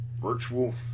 virtual